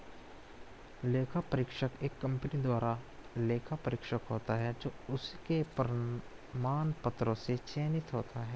लेखा परीक्षक एक कंपनी द्वारा लेखा परीक्षक होता है जो उसके प्रमाण पत्रों से चयनित होता है